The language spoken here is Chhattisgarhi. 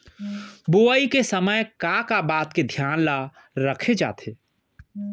बुआई के समय का का बात के धियान ल रखे जाथे?